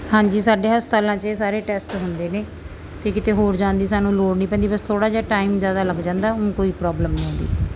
ਹਾਂਜੀ ਸਾਡੇ ਹਸਪਤਾਲਾਂ 'ਚ ਇਹ ਸਾਰੇ ਟੈਸਟ ਹੁੰਦੇ ਨੇ ਅਤੇ ਕਿਤੇ ਹੋਰ ਜਾਣ ਦੀ ਸਾਨੂੰ ਲੋੜ ਨਹੀਂ ਪੈਂਦੀ ਬਸ ਥੋੜ੍ਹਾ ਜਿਹਾ ਟਾਈਮ ਜ਼ਿਆਦਾ ਲੱਗ ਜਾਂਦਾ ਊਂ ਕੋਈ ਪ੍ਰੋਬਲਮ ਨਹੀਂ ਆਉਂਦੀ